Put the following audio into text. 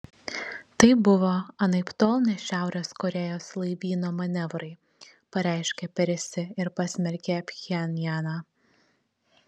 tai buvo anaiptol ne šiaurės korėjos laivyno manevrai pareiškė perisi ir pasmerkė pchenjaną